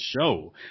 show